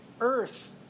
earth